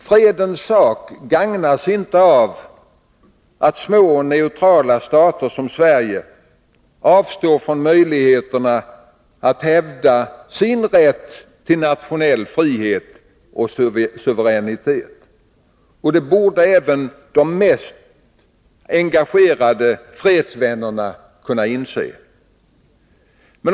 Fredens sak gagnas inte av att små och neutrala stater som Sverige avstår från möjligheten att hävda sin rätt till nationell frihet och suveränitet. Det borde även de mest engagerade fredsvännerna kunna inse.